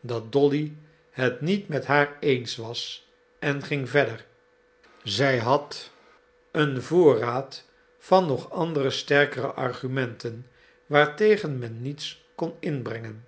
dat dolly het niet met haar eens was en ging verder zij had een voorraad van nog andere sterkere argumenten waartegen men niets kon inbrengen